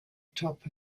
top